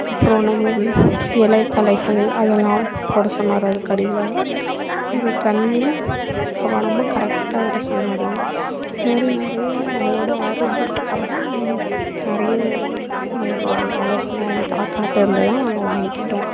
அப்புறம் நம்ம இலை தழைகள் அதெல்லாம் போட சொன்னார் அதுக்கடியில் அப்புறம் தண்ணி கவனமாக கரெக்ட்டாக விட சொன்னார் அந்த மாரி நிறைய அதோட ஆரோக்கியத்துக்காக நிறைய ஒரு ஒரு ஒரு ஆலோசனை அந்த தாத்தாட்டருந்து தான் நாங்கள் வாங்கிக்கிட்டோம்